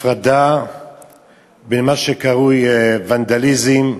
הפרדה בין מה שקרוי ונדליזם,